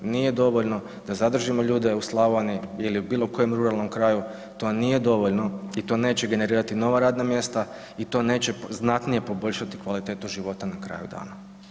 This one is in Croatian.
Nije dovoljno da zadržimo ljude u Slavoniji ili u bilo kojem ruralnom kraju, to nije dovoljno i to neće generirati nova radna mjesta i to neće znatnije poboljšati kvalitetu života na kraju dana.